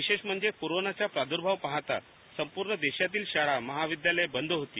विशेष म्हणजे कोरोनाचा प्रादूर्भाव पाहता संपूर्ण देशातील शाळा महाविद्यालय बंद होती